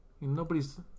Nobody's